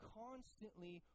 constantly